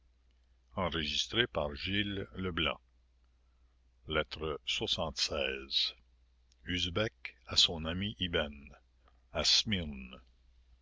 xxiii usbek à son ami ibben xxiv rica à